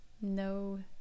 No